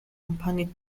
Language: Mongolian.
компанийн